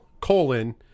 colon